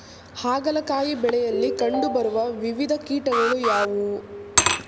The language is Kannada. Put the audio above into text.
ಹಾಗಲಕಾಯಿ ಬೆಳೆಯಲ್ಲಿ ಕಂಡು ಬರುವ ವಿವಿಧ ಕೀಟಗಳು ಯಾವುವು?